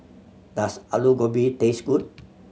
does Alu Gobi taste good